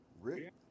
Rick